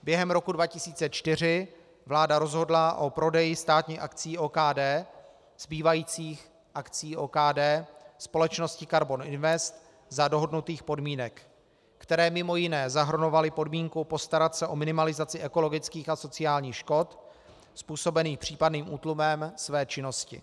Během roku 2004 vláda rozhodla o prodeji státních akcií OKD, zbývajících akcií OKD, společnosti Karbon Invest za dohodnutých podmínek, které mj. zahrnovaly podmínku postarat se o minimalizaci ekologických a sociálních škod způsobených případným útlumem své činnosti.